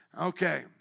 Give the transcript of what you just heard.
Okay